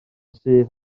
syth